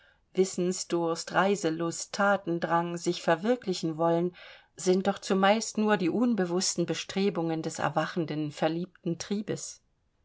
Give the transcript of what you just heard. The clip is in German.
wissensdurst reiselust thatendrang sich verwirklichen wollen sind doch zumeist nur die unbewußten bestrebungen des erwachenden verliebten triebes